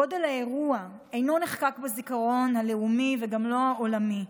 גודל האירוע אינו נחקק בזיכרון הלאומי וגם לא העולמי,